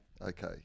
Okay